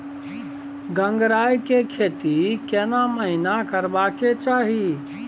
गंगराय के खेती केना महिना करबा के चाही?